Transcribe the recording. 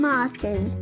Martin